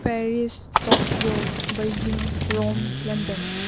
Paris Tokyo Beijing Rome London